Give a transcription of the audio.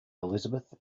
elizabeth